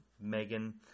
megan